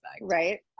Right